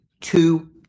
two